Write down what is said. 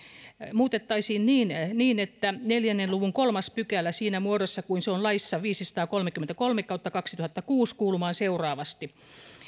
niin niin että neljän luvun kolmas pykälä siinä muodossa kuin se on laissa viisisataakolmekymmentäkolme kautta kaksituhattakuusi kuuluu seuraavasti